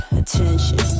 attention